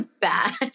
bad